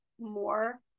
more